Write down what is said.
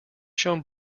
shone